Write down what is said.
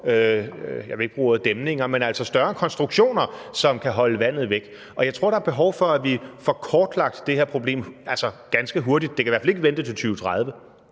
jeg vil ikke bruge ordet dæmninger – som kan holde vandet væk. Jeg tror, at der er behov for, at vi får kortlagt det her problem ganske hurtigt. Det kan i hvert fald ikke vente til 2030.